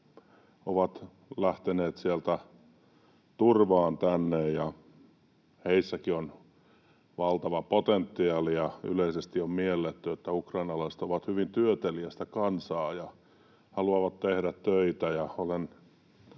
ovat lähteneet sieltä turvaan tänne. Heissäkin on valtava potentiaali, ja yleisesti on mielletty, että ukrainalaiset ovat hyvin työteliästä kansaa ja haluavat tehdä töitä, ja olen